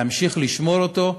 להמשיך לשמור אותו,